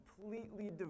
completely